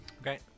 Okay